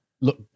Look